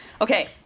Okay